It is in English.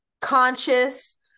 conscious